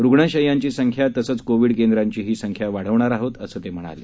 रुग्णशय्यांची संख्या तसेच कोविड केंद्रांचीही संख्या वाढवणार आहोत असं ते म्हणाले